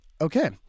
Okay